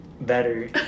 better